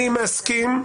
אני מסכים.